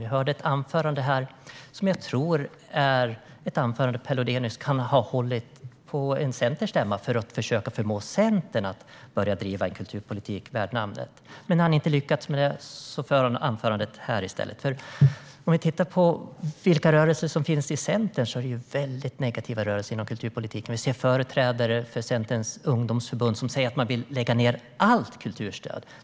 Vi hörde ett anförande som jag tror att Per Lodenius kan ha hållit på en centerstämma för att försöka förmå Centern att börja driva en kulturpolitik värd namnet. Men när han inte lyckades med det höll han anförandet här i stället. Om vi tittar på vilka rörelser som finns i Centern ser vi att de är väldigt negativa inom kulturpolitiken. Vi ser företrädare för Centerns ungdomsförbund som säger att de vill lägga ned allt kulturstöd.